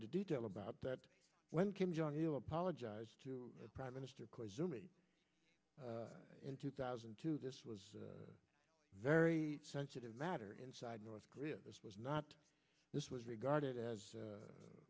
into detail about that when kim jong il apologized to prime minister koizumi in two thousand and two this was a very sensitive matter inside north korea was not this was regarded as